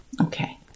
Okay